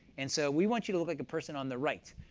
and so we want you to look like the person on the right.